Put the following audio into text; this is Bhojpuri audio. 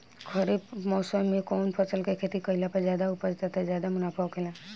खरीफ़ मौसम में कउन फसल के खेती कइला पर ज्यादा उपज तथा ज्यादा मुनाफा होखेला?